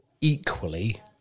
Equally